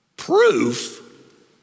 proof